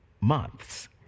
months